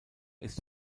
ist